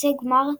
חצי הגמר,